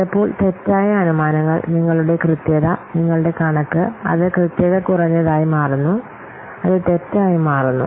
ചിലപ്പോൾ തെറ്റായ അനുമാനങ്ങൾ നിങ്ങളുടെ കൃത്യത നിങ്ങളുടെ കണക്ക് അത് കൃത്യത കുറഞ്ഞതായി മാറുന്നു അത് തെറ്റായി മാറുന്നു